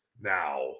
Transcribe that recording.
now